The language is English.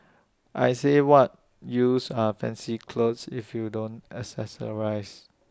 I say what use are fancy clothes if you don't accessorise